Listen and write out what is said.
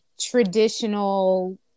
traditional